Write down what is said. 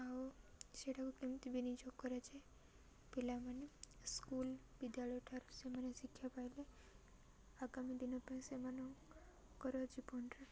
ଆଉ ସେଇଟାକୁ କେମିତି ବିନିିଯୋଗ କରାଯାଏ ପିଲାମାନେ ସ୍କୁଲ୍ ବିଦ୍ୟାଳୟଠାରୁ ସେମାନେ ଶିକ୍ଷା ପାଇଲେ ଆଗାମୀ ଦିନ ପାଇଁ ସେମାନଙ୍କର ଜୀବନରେ